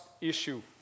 issue